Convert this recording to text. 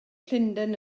llundain